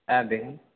হ্যাঁ দেখুন